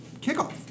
kickoff